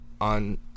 on